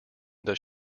does